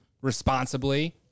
responsibly